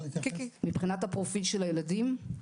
מבחינת הפרופיל של הילדים?